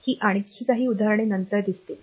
ही आणखी काही उदाहरणे नंतर दिसतील